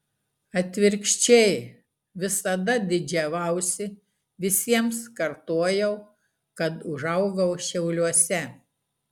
atvirkščiai visada didžiavausi visiems kartojau kad užaugau šiauliuose